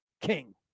king